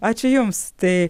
ačiū jums tai